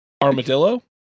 armadillo